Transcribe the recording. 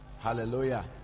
hallelujah